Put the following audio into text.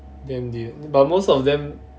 damn dead but most of them